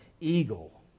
eagle